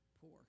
poor